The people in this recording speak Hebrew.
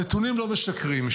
הנתונים לא משקרים.